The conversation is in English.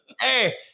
Hey